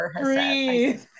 breathe